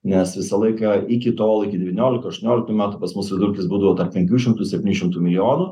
nes visą laiką iki tol iki devynioliktų aštuonioliktų metų pas mus vidurkis būdavo tarp penkių šimtų septynių šimtų milijonų